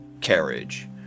carriage